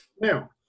Now